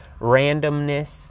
randomness